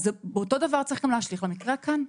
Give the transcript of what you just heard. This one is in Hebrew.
אותו דבר צריך להשליך גם על המקרה כאן.